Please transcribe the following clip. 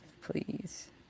please